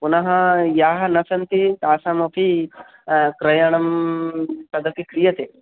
पुनः याः न सन्ति तासामपि क्रयणं तदपि क्रियते